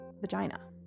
vagina